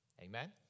Amen